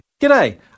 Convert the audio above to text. G'day